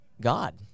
God